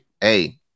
Hey